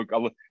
Look